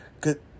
Good